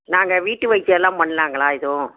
நாங்கள் வீட்டு வைத்தியம் எல்லாம் பண்ணலாங்களா எதுவும்